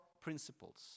principles